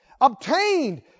obtained